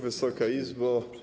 Wysoka Izbo!